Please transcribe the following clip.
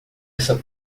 essa